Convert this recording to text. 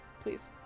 please